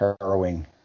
harrowing